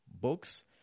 books